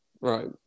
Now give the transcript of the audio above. right